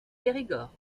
périgord